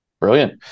Brilliant